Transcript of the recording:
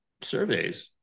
surveys